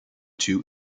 two